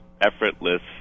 effortless